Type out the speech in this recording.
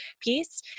piece